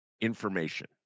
information